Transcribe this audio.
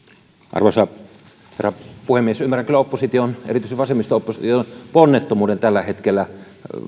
arvoisa herra puhemies ymmärrän kyllä opposition erityisesti vasemmisto opposition ponnettomuuden tällä hetkellä